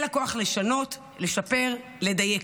אלא כוח לשנות, לשפר, לדייק,